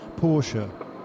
Porsche